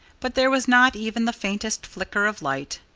but there was not even the faintest flicker of light.